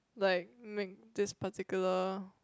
like make this particular